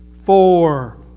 four